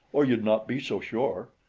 or you'd not be so sure.